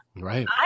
Right